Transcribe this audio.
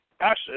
Acid